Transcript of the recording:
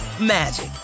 magic